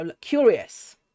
curious